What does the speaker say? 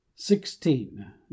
sixteen